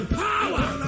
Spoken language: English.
power